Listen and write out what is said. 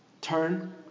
turn